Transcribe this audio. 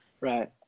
Right